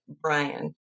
Brian